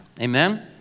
amen